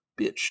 bitch